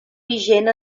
vigent